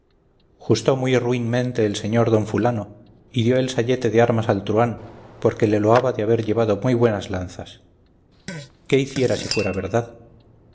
justó muy ruinmente el señor don fulano y dio el sayete de armas al truhán porque le loaba de haber llevado muy buenas lanzas qué hiciera si fuera verdad